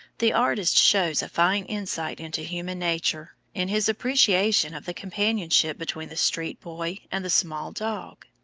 the artist shows a fine insight into human nature in his appreciation of the companionship between the street boy and the small dog.